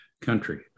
country